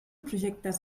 projectes